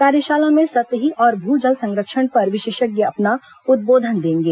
कार्यशाला में सतही और भू जल संरक्षण पर विशेषज्ञ अपना उद्बोधन देंगे